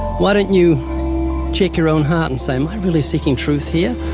why don't you check your own heart and say, am i really seeking truth here,